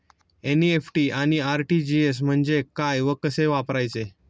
NEFT आणि RTGS म्हणजे काय व कसे वापरायचे?